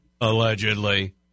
allegedly